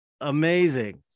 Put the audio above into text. amazing